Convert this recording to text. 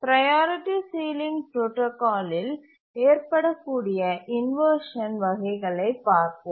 priority ceiling protocol இல் ஏற்படக்கூடிய inversion வகைகளைப் பார்ப்போம்